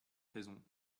raison